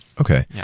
Okay